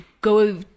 go